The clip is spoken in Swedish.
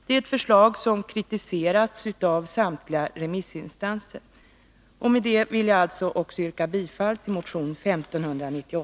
Det är ett förslag som har kritiserats av Nr 153 samtliga remissinstanser. Med detta vill jag yrka bifall också till motion